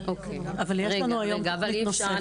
--- רגע, אי-אפשר.